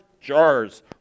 jars